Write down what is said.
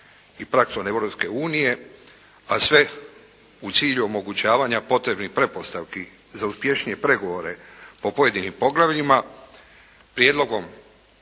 i praksom Europske unije a sve u cilju omogućavanja potrebnih pretpostavki za uspješnije pregovore po pojedinim poglavljima Prijedlogom